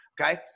Okay